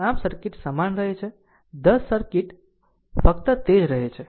આમ સર્કિટ સમાન રહે છે 10 સર્કિટ ફક્ત તે જ રહે છે